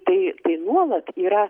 tai tai nuolat yra